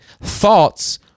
thoughts